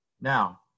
Now